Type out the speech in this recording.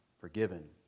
forgiven